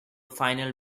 final